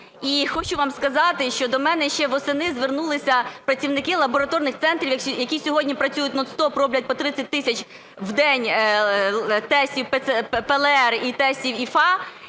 І хочу вам сказати, що до мене ще восени звернулися працівники лабораторних центрів, які сьогодні працюють нон-стоп, роблять по 30 тисяч в день тестів ПЛР і тестів ІФА,